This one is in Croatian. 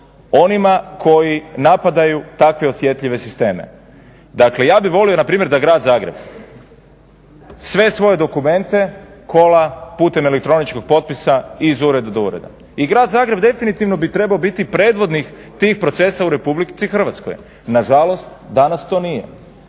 onima koji napadaju takve osjetljive sisteme. Dakle ja bih volio npr. da Grad Zagreb sve svoje dokumente kola putem elektroničkog potpisa iz ureda do ureda i Grad Zagreb definitivno bi trebao biti predvodnik tih procesa u Republici Hrvatskoj. Nažalost, danas to nije.